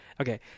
Okay